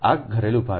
આ ઘરેલું ભાર છે